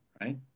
right